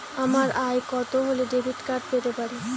আমার আয় কত হলে ডেবিট কার্ড পেতে পারি?